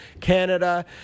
Canada